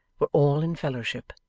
were all in fellowship.